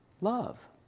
Love